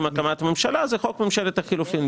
הקמת ממשלה וזה חוק ממשלת החילופין.